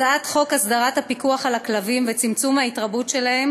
הצעת חוק להסדרת הפיקוח על הכלבים וצמצום ההתרבות שלהם